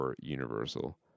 Universal